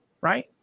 right